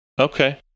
okay